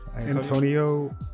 Antonio